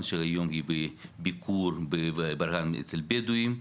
שהיום היא בביקור בברה"נ אצל בדואים,